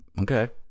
Okay